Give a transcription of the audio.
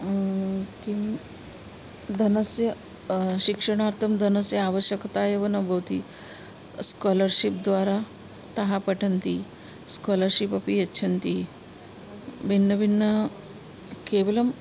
किं धनस्य शिक्षणार्थं धनस्य आवश्यकता एव न भवति स्कालर्शिप् द्वारा ताः पठन्ति स्कालर्शिप् अपि यच्छन्ति भिन्नभिन्न केवलं